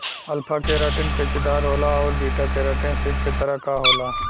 alpha keratin पेचदार होला आउर बीटा केराटिन सीट के तरह क होला